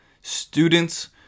students